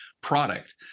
product